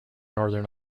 northern